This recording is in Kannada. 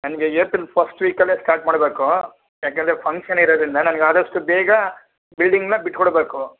ನಮಗೆ ಏಪ್ರಿಲ್ ಫಸ್ಟ್ ವೀಕಲ್ಲೆ ಸ್ಟಾರ್ಟ್ ಮಾಡಬೇಕು ಯಾಕೆಂದರೆ ಫಂಕ್ಷನ್ ಇರದರಿಂದ ನನಗೆ ಆದಷ್ಟು ಬೇಗ ಬಿಲ್ಡಿಂಗ್ನ ಬಿಟ್ಕೊಡಬೇಕು